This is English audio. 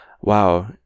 wow